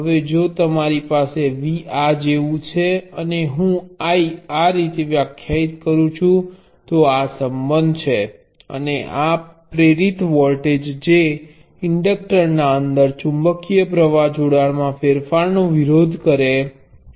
હવે જો તમારી પાસે V આ જેવું છે અને હું આ રીતે વ્યાખ્યાયિત કરું છું તો આ સંબંધ છે અને આ પ્રેરિત વોલ્ટેજ જે ઇન્ડક્ટરના અંદર ચુંબકીય પ્રવાહ જોડાણમાં ફેરફારનો વિરોધ કરે છે